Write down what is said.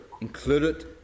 included